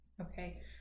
Okay